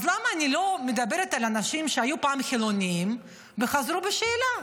אז למה אני לא מדברת על אנשים שהיו פעם חילונים וחזרו בשאלה?